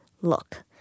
look